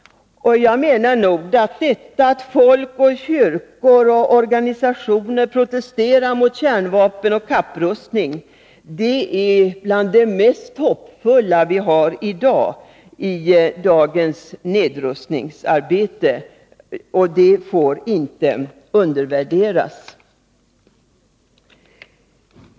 Detta att folk, kyrkor och organisationer protesterar mot kärnvapen och kapprustning är enligt min mening bland det mest hoppfulla i dagens nedrustningsarbete och får inte undervärderas.